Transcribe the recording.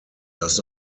does